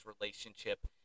relationship